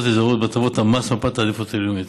אזוריות בהטבות המס ומפת העדיפות הלאומית,